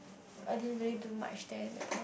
I didn't really do much there at the pond